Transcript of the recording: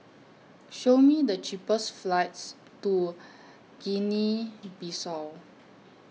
Show Me The cheapest flights to Guinea Bissau